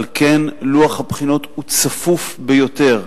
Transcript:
על כן לוח הבחינות הוא צפוף ביותר.